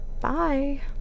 Bye